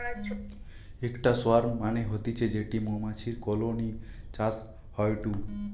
ইকটা সোয়ার্ম মানে হতিছে যেটি মৌমাছির কলোনি চাষ হয়ঢু